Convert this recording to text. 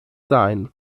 sein